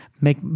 make